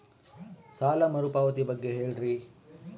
ಸಾಲ ಮರುಪಾವತಿ ಬಗ್ಗೆ ಹೇಳ್ರಿ?